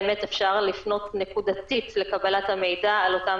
באמת אפשר לפנות נקודתית לקבלת המידע על אותם